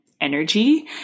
energy